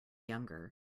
younger